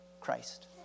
Christ